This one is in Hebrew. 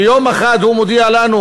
שיום אחד הוא מודיע לנו